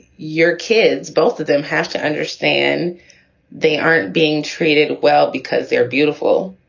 your kids, both of them have to understand they aren't being treated well because they're beautiful.